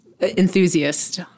enthusiast